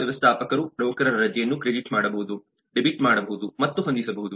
ವ್ಯವಸ್ಥಾಪಕರು ನೌಕರರ ರಜೆಯನ್ನು ಕ್ರೆಡಿಟ್ ಮಾಡಬಹುದು ಡೆಬಿಟ್ ಮಾಡಬಹುದು ಮತ್ತು ಹೊಂದಿಸಬಹುದು